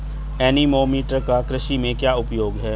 Anemometer का कृषि में क्या उपयोग है?